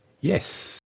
Yes